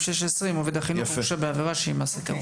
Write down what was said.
16 אם עובד החינוך הורשע בעבירה שהיא מעשה טרור".